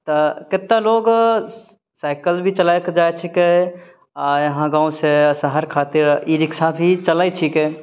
तऽ केतेक लोग साइकिल भी चलाएके जाइ छिकै आ एहाँ गाँव सऽ शहर खातिर ई रिक्शाभी चलै छिकै